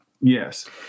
Yes